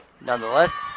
Nonetheless